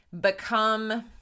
become